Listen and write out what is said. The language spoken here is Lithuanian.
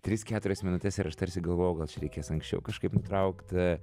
tris keturias minutes ir aš tarsi galvojau gal čia reikės anksčiau kažkaip traukt